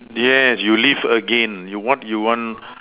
yes you live again what you want